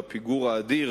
הפיגור האדיר